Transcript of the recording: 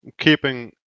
keeping